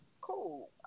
cool